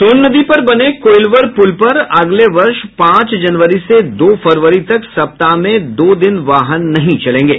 सोन नदी पर बने कोइलवर पुल पर अगले वर्ष पांच जनवरी से दो फरवरी तक सप्ताह में दो दिन वाहन नहीं चलेंगे